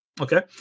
Okay